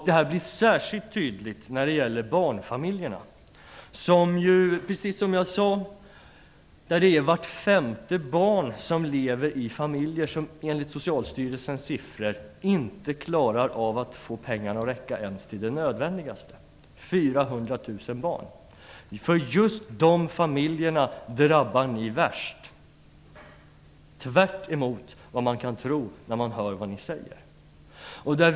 Detta blir särskilt tydligt när det gäller barnfamiljerna. Precis som jag sade lever vart femte barn i sådana familjer som enligt Socialstyrelsens siffror inte klarar av att få pengarna att räcka ens till det nödvändigaste - 400 000 barn! Just dessa familjer drabbas värst, tvärtemot vad man kan tro när man lyssnar på vad ni säger.